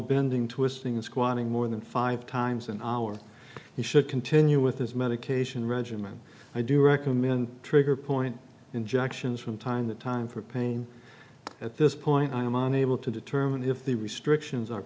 bending twisting squatting more than five times an hour he should continue with his medication regimen i do recommend trigger point injections from time to time for pain at this point i am unable to determine if the restrictions are